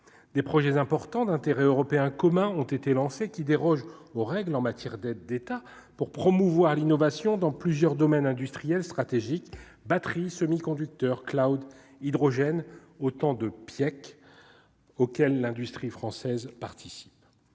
des projets importants d'intérêt européen commun ont été lancés, qui dérogent aux règles en matière d'aides d'État pour promouvoir l'innovation dans plusieurs domaines industriels stratégiques batterie semi-conducteurs Claude hydrogène autant de Piak, auquel l'industrie française participe